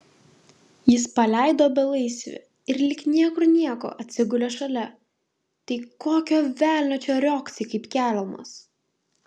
jis paleido belaisvį ir lyg niekur nieko atsigulė šalia tai kokio velnio čia riogsai kaip kelmas